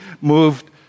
moved